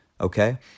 Okay